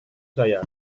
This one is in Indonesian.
saya